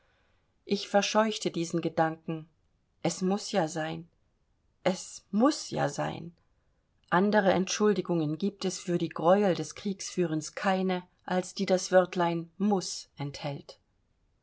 ich verscheuchte diesen gedanken es muß ja sein es muß ja sein andere entschuldigung gibt es für das greuel des kriegführens keine als die das wörtlein muß enthält